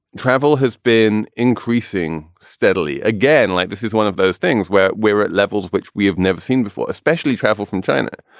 travel has been increasing steadily. again, like this is one of those things where we're at levels which we have never seen before, especially travel from china,